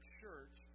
church